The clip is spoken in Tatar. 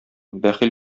бәхил